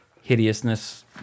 Hideousness